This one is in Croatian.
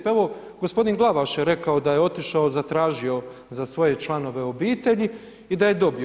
Pa evo, gospodin Glavaš je rekao da je otišao, zatražio za svoje članove obitelji i da je dobio.